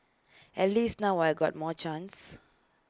at least now I got more chance